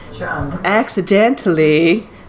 accidentally